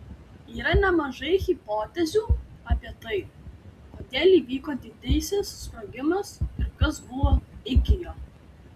yra nemažai hipotezių apie tai kodėl įvyko didysis sprogimas ir kas buvo iki jo